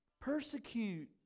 persecute